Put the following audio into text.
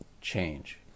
change